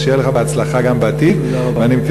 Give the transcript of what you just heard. אז שיהיה לך בהצלחה גם בעתיד,